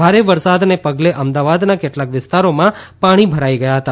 ભારે વરસાદને પગલે અમદાવાદના કેટલાક વિસ્તારોમાં પાણી ભરાઇ ગયા હતા